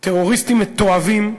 טרוריסטים מתועבים,